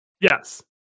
Yes